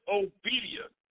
obedience